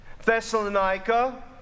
Thessalonica